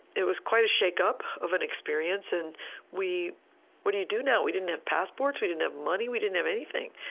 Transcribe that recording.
it was quite a shake-up of an experience. and what do you do now? we didn't have passports. we didn't have money. we didn't have anything.